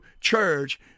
church